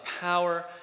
power